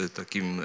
takim